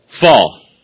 Fall